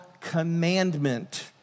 commandment